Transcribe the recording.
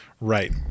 right